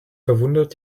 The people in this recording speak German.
verwundert